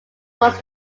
was